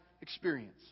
experience